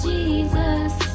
Jesus